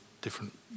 different